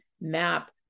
map